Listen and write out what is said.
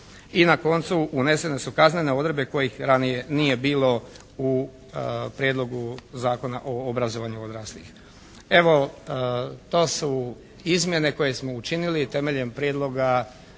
I na koncu unesene su kaznene odredbe kojih ranije nije bilo u prijedlogu Zakona o obrazovanju odraslih. Evo to su izmjene koje smo učinili temeljem prijedloga